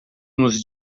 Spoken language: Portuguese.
nos